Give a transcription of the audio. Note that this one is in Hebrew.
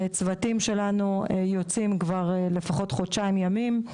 צוותים שלנו יוצאים כבר לפחות חודשיים ימים,